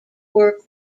work